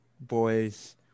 boys